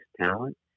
talent